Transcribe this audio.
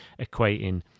equating